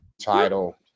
title